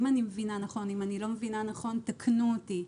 אם אני מבינה נכון ואם לא תקנו אותי.